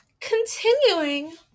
Continuing